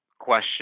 question